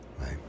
Right